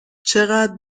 چقد